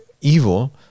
evil